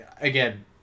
Again